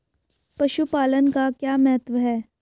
पशुपालन का क्या महत्व है?